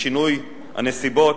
בשינוי הנסיבות,